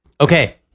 okay